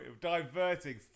diverting